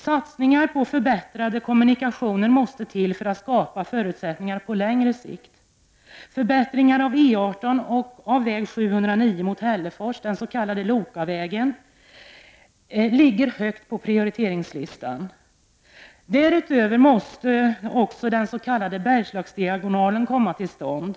Satsningar på förbättrade kommunikationer måste till för att skapa förutsättningar på längre sikt. Förbättringar av E 18 och av väg 709 mot Hällefors ligger högt på prioriteringslistan. Därutöver måste också den s.k. Bergslagsdiagonalen komma till stånd.